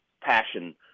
passion